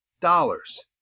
dollars